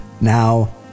now